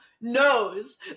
knows